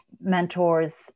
mentors